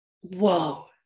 Whoa